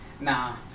nah